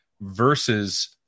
versus